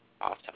Awesome